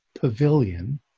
pavilion